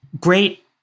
great